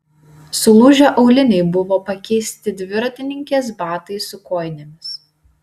sulūžę auliniai buvo pakeisti dviratininkės batais su kojinėmis